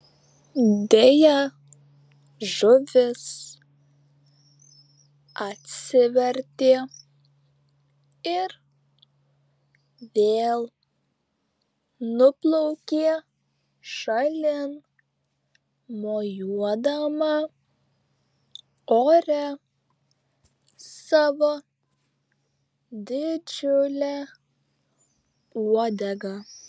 deja žuvis atsivertė ir vėl nuplaukė šalin mojuodama ore savo didžiule uodega